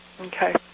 Okay